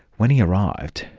when he arrived,